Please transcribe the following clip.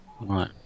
Right